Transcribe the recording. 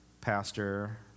pastor